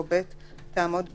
או (ב) תעמוד בתוקפה,